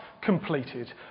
completed